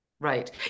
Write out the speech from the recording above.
Right